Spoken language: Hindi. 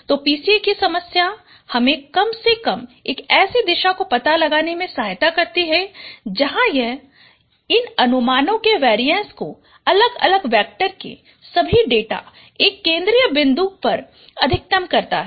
तो PCA की समस्या हमें कम से कम एक ऐसी दिशा का पता लगाने में सहायता करती है जहां यह इन अनुमानों के वेरीएंस को अलग अलग वैक्टर के सभी डेटा एक केंद्रित बिंदु पर अधिकतम करता है